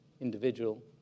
individual